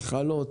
מחלות,